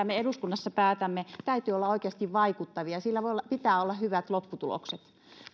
me eduskunnassa päätämme täytyy olla oikeasti vaikuttavia niillä pitää olla hyvät lopputulokset